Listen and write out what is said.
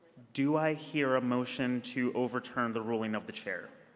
do i hear a motion to overturn the ruling of the chair.